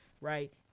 Right